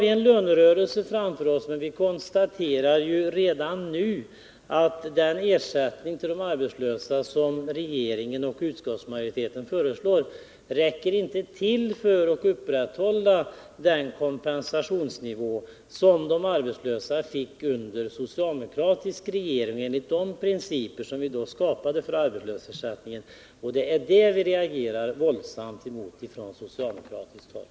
Vi står nu inför en lönerörelse, men vi kan redan konstatera att den ersättning till de arbetslösa vilken regeringen och utskottsmajoriteten föreslår inte räcker till för att upprätthålla den kompensationsnivå för de arbetslösa som dessa fick under den socialdemokratiska regeringen, enligt de principer som vi då skapade för arbetslöshetsersättningen. Det reagerar vi våldsamt mot från socialdemokratiskt håll.